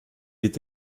est